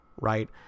right